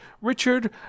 Richard